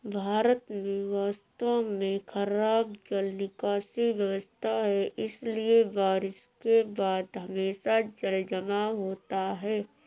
भारत में वास्तव में खराब जल निकासी व्यवस्था है, इसलिए बारिश के बाद हमेशा जलजमाव होता है